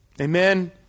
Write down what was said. Amen